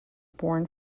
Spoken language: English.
born